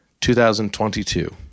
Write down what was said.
2022